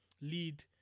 lead